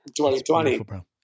2020